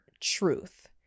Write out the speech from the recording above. truth